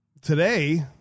Today